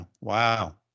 Wow